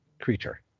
creature